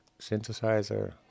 synthesizer